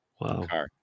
Wow